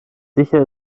sicher